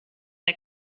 der